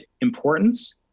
importance